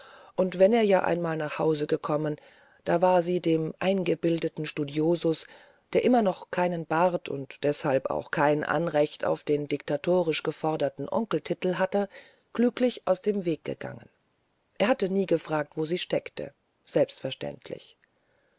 und wenn er ja einmal nach hause gekommen da war sie dem eingebildeten studiosus der immer noch keinen bart und deshalb auch kein anrecht auf den diktatorisch geforderten onkeltitel gehabt klüglich aus dem wege gegangen und er hatte nie gefragt wo sie stecke selbstverständlich